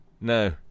no